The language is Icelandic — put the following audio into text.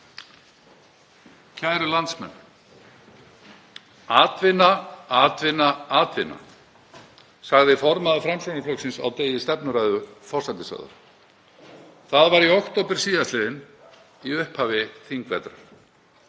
Kæru landsmenn. Atvinna, atvinna, atvinna, sagði formaður Framsóknarflokksins á degi stefnuræðu forsætisráðherra. Það var í október síðastliðnum í upphafi þingvetrar.